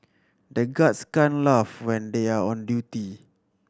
the guards can't laugh when they are on duty